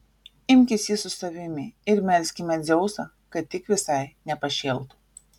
imkis jį su savimi ir melskime dzeusą kad tik visai nepašėltų